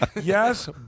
Yes